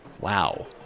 Wow